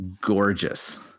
gorgeous